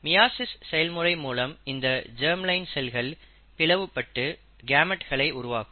meiosis செயல்முறை மூலம் இந்த ஜெர்ம் லைன் செல்கள் பிளவுபட்டு கேமெட்களை உருவாக்கும்